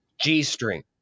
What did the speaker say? G-string